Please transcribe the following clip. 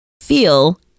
feel